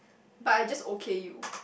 but I just okay you